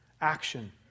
action